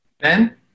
Ben